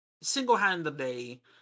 single-handedly